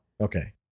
okay